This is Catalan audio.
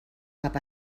cap